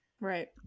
Right